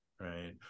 right